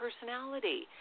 personality